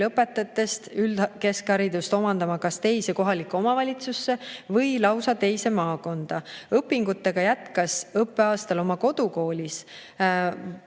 lõpetajatest üldkeskharidust omandama kas teise kohalikku omavalitsusse või lausa teise maakonda. Õpingutega jätkas õppeaastal oma kodukoolis vaid